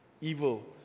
evil